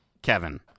Kevin